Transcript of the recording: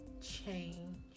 change